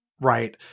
right –